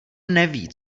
neví